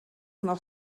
noch